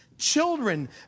Children